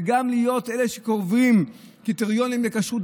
וגם להיות אלה שקובעים קריטריונים לכשרות,